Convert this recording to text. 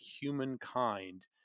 humankind